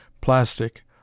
Plastic